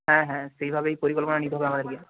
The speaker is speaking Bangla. হ্যাঁ হ্যাঁ সেইভাবেই পরিকল্পনা নিতে হবে আমাদেরকে